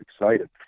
excited